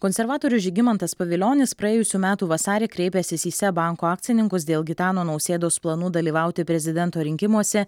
konservatorius žygimantas pavilionis praėjusių metų vasarį kreipęsis į seb banko akcininkus dėl gitano nausėdos planų dalyvauti prezidento rinkimuose